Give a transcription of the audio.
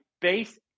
base